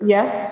Yes